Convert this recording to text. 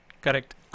Correct